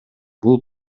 бул